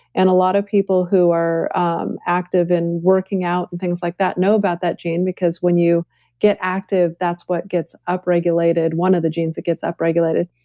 and a lot of people who are um active in working out and things like that know about that gene because when you get active, that's what gets up-regulated, one of the genes that gets up-regulated.